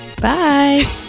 bye